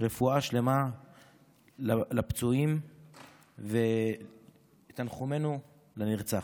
רפואה שלמה לפצועים ותנחומינו לנרצח.